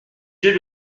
yeux